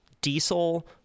diesel